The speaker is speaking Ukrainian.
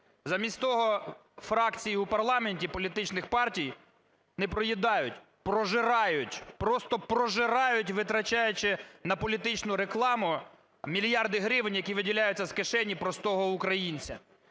Замість того фракції у парламенті політичних партій не проїдають – прожирають, просто прожирають, витрачаючи на політичну рекламу мільярди гривень, які виділяються з кишені простого українця.